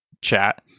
chat